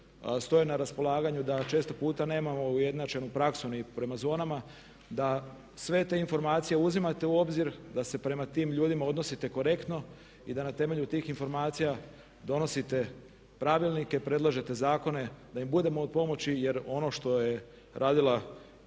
stoje na raspolaganju, da često puta nemamo ujednačenu praksu ni prema zonama, da sve te informacije uzimate u obzir, da se prema tim ljudima odnosite korektno i da na temelju tih informacija donosite pravilnike, predlažete zakone, da im budemo od pomoći jer ono što je radila bivša